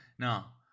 Now